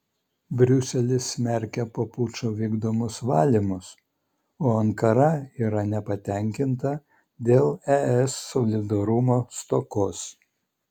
briuselis smerkia po pučo vykdomus valymus o ankara yra nepatenkinta dėl es solidarumo stokos